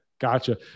Gotcha